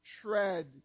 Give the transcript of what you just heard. tread